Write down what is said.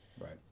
Right